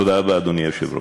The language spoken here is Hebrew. תודה רבה, אדוני היושב-ראש.